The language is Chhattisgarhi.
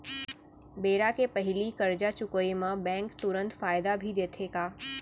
बेरा के पहिली करजा चुकोय म बैंक तुरंत फायदा भी देथे का?